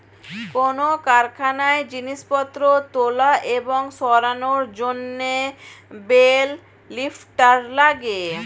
কোন কারখানায় জিনিসপত্র তোলা এবং সরানোর জন্যে বেল লিফ্টার লাগে